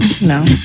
no